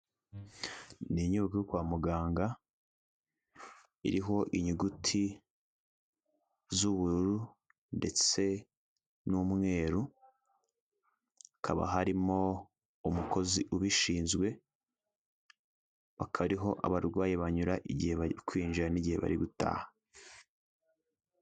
N'inyubako yo kwa muganga iriho inyuguti z'ubururu ndetse n'umweru, hakaba harimo umukozi ubishinzwe, aka baka ariho abarwayi banyura igihe bari kwinjira n'igihe bari gutaha.